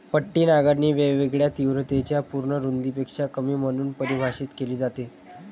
पट्टी नांगरणी वेगवेगळ्या तीव्रतेच्या पूर्ण रुंदीपेक्षा कमी म्हणून परिभाषित केली जाते